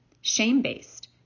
shame-based